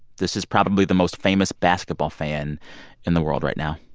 this is probably the most famous basketball fan in the world right now,